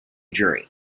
jury